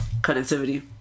connectivity